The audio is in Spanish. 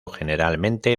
generalmente